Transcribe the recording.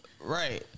Right